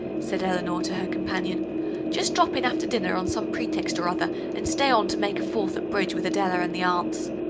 said eleanor to her companion just drop in after dinner on some pretext or other, and stay on to make a fourth at bridge with adela and the aunts.